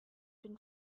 been